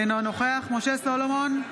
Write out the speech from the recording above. אינו נוכח משה סולומון,